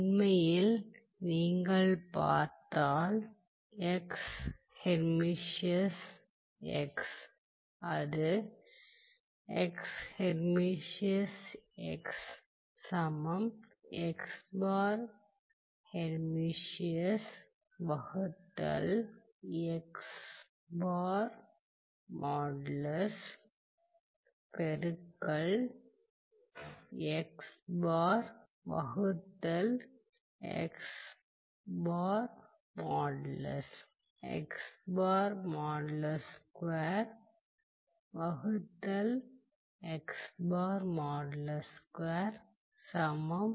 உண்மையில் நீங்கள் பார்த்தால் அது என்பதை நாம் அறிவோம்